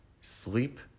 sleep